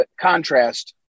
contrast